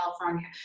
California